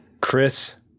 Chris